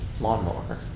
lawnmower